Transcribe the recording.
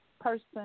person